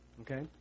okay